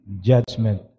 judgment